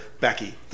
Becky